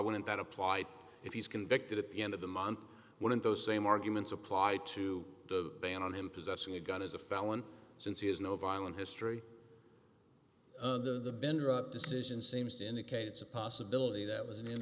wouldn't that apply if he's convicted at the end of the month when those same arguments apply to the ban on him possessing a gun as a felon since he has no violent history the bender up decision seems to indicate it's a possibility that was an